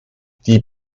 die